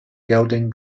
golden